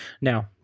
Now